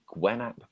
Gwenap